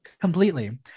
Completely